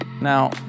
Now